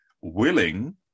willing